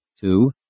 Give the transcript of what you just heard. Two